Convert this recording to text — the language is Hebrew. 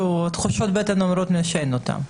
תחושות הבטן אומרות לי שהן לא קיימות.